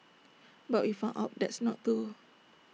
but we found out that's not true